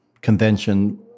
convention